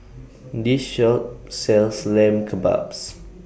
This Shop sells Lamb Kebabs